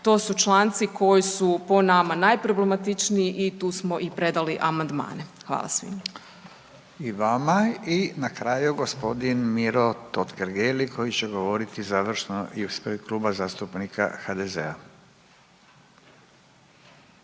to su članci koji su po nama najproblematičniji i tu smo i predali amandmane. Hvala svima. **Radin, Furio (Nezavisni)** I vama. I na kraju je g. Miro Totgergeli koji će govoriti završno ispred Kluba zastupnika HDZ-a,